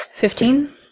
Fifteen